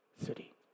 city